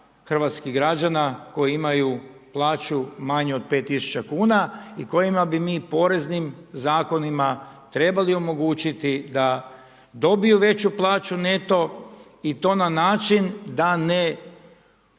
hrvatskih građana koji imaju plaću manju od 5 tisuća kuna i kojima bi mi poreznim zakonima trebali omogućiti da dobiju veću plaću neto i to na način da ne